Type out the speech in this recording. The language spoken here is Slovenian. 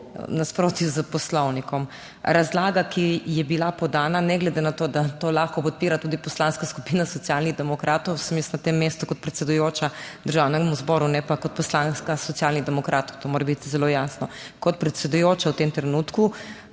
nasprotju s Poslovnikom. Razlaga, ki je bila podana, ne glede na to, da to lahko podpira tudi Poslanska skupina Socialnih demokratov, sem jaz na tem mestu kot predsedujoča Državnemu zboru ne pa kot poslanka Socialnih demokratov, to mora biti zelo jasno. Kot predsedujoča v tem trenutku